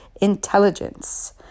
intelligence